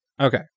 okay